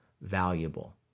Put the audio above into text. valuable